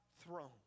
throne